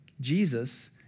Jesus